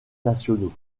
nationaux